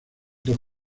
dos